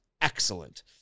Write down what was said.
excellent